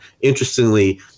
interestingly